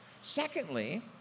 secondly